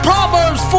Proverbs